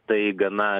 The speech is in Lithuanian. tai gana